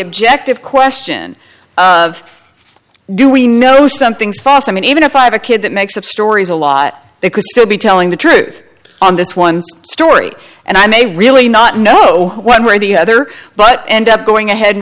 objective question of do we know something's fos i mean even if i have a kid that makes up stories a lot they could be telling the truth on this one story and i may really not know where the other but end up going ahead